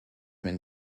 been